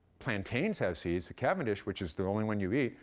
plantains have seeds. the cavendish, which is the only one you eat,